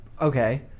okay